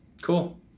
Cool